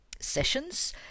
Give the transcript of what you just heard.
Sessions